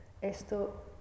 esto